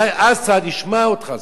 אולי אסד ישמע אותך סוף-סוף.